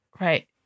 right